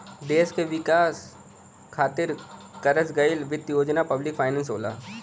देश क विकास खातिर करस गयल वित्त योजना पब्लिक फाइनेंस होला